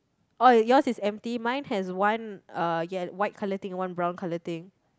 oh yours is empty mine has one uh ye~ white colour thing one brown colour thing